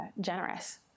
generous